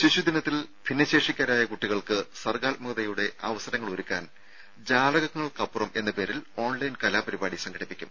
ശിശുദിനത്തിൽ ഭിന്നശേഷിക്കാരായ കുട്ടികൾക്ക് സർഗ്ഗാത്മകതയുടെ അവസരങ്ങളൊരുക്കാൻ ജാലകങ്ങൾക്കപ്പുറം എന്ന പേരിൽ ഓൺലൈൻ കലാപരിപാടി സംഘടിപ്പിക്കും